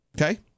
okay